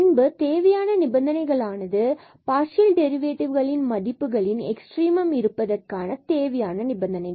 பின்பு தேவையான நிபந்தனைகள் ஆனது பார்சியல்டெரிவேடிவ் மதிப்புகளின் எக்ஸ்ட்ரீமம் இருப்பதற்கான தேவையான நிபந்தனைகள்